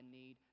need